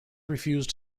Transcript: refused